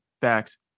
Facts